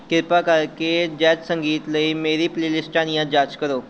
ਕਿਰਪਾ ਕਰਕੇ ਜੈਜ਼ ਸੰਗੀਤ ਲਈ ਮੇਰੀ ਪਲੇਲਿਸਟਾਂ ਦੀਆਂ ਜਾਂਚ ਕਰੋ